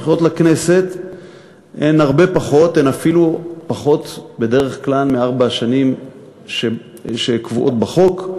הבחירות לכנסת הן הרבה פחות בדרך כלל מארבע השנים שקבועות בחוק.